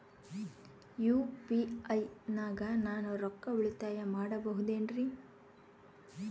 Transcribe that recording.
UPI ನಾಗ ನಾನು ರೊಕ್ಕ ಉಳಿತಾಯ ಮಾಡಬಹುದೇನ್ರಿ?